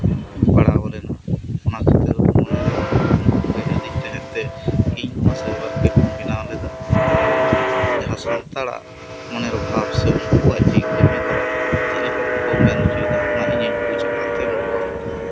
ᱯᱟᱲᱟᱣ ᱞᱮᱱᱟ ᱚᱱᱟ ᱠᱷᱟᱹᱛᱤᱨ ᱛᱮ ᱩᱱᱠᱩ ᱟᱜ ᱢᱚᱱᱮᱨᱮ ᱟᱹᱰᱤ ᱜᱟᱹᱦᱤᱨ ᱛᱮ ᱤᱧ ᱚᱱᱟ ᱥᱟᱭᱵᱟᱨ ᱠᱮᱯᱷ ᱵᱮᱱᱟᱣ ᱞᱟᱹᱜᱤᱫ ᱟᱨ ᱡᱟᱦᱟᱸ ᱥᱟᱱᱛᱟᱲᱟᱜ ᱢᱚᱱᱮᱨ ᱵᱷᱟᱵ ᱥᱮ ᱪᱮᱫ ᱠᱟᱹᱢᱤ ᱦᱚᱨᱟ ᱪᱮᱫ ᱞᱮᱠᱟ ᱵᱟᱠᱚ ᱜᱟᱱ ᱦᱚᱪᱚ ᱮᱫᱟ ᱚᱱᱟ ᱤᱧᱤᱧ ᱵᱩᱡ ᱟᱠᱟᱫ ᱛᱮ ᱩᱱᱠᱩ ᱟᱜ